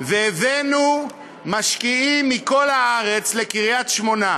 והבאנו משקיעים מכל הארץ לקריית-שמונה,